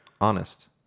honest